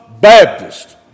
Baptist